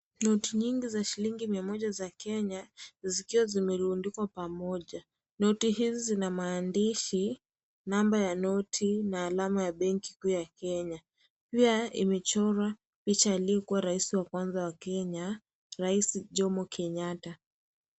Noti nyingi za shilingi mia moja za Kenya zikiwa zimerundikwa pamoja. Noti hizi zina maandishi, namba ya noti na alama ya benki kuu ya Kenya. Pia imechorwa picha ya aliyekuwa rais wa kwanza wa Kenya rais Jomo Kenyatta.